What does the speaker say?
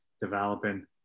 developing